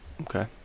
okay